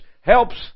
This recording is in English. helps